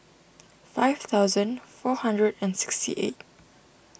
five thousand four hundred and sixty eight